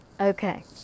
Okay